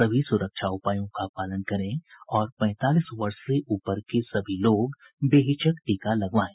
सभी सुरक्षा उपायों का पालन करें और पैंतालीस वर्ष से ऊपर के सभी लोग बेहिचक टीका लगवाएं